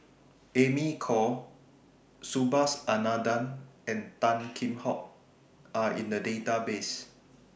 Amy Khor Subhas Anandan and Tan Kheam Hock Are in The Database